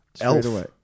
Elf